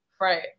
Right